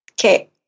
Okay